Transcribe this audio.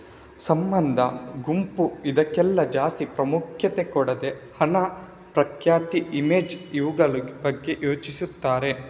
ಸಂಬಂಧ, ಗುಂಪು ಇದ್ಕೆಲ್ಲ ಜಾಸ್ತಿ ಪ್ರಾಮುಖ್ಯತೆ ಕೊಡದೆ ಹಣ, ಪ್ರಖ್ಯಾತಿ, ಇಮೇಜ್ ಇವುಗಳ ಬಗ್ಗೆ ಯೋಚಿಸ್ತಾರೆ